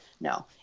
no